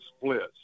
splits